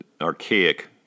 archaic